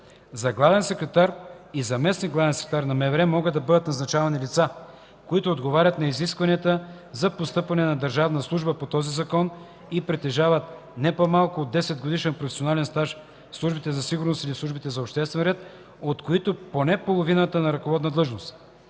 За главен секретар и заместник главен секретар на МВР могат да бъдат назначавани лица, които отговарят на изискванията за постъпване на държавна служба по този закон и притежават не по-малко от 10-годишен професионален стаж в службите за сигурност или в службите за обществен ред, от които поне половината на ръководна длъжност.